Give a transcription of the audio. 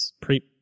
Pre